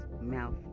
mouth